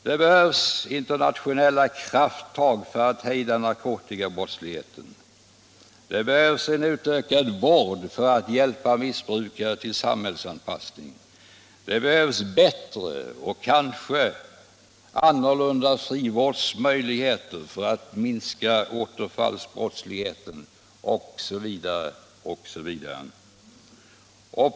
Det behövs internationella krafttag för att hejda narkotikabrottsligheten, det behövs en utökad vård för att hjälpa missbrukare till samhällsanpassning, det behövs bättre och kanske annorlunda frivårdsmöjligheter för att minska återfallsbrottsligheten osv.